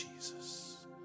Jesus